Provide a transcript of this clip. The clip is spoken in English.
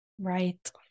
right